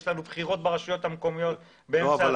יש לנו בחירות ברשויות המקומיות --- עד